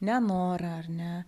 nenorą ar ne